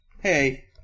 hey